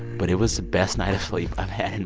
but it was the best night of sleep i've had in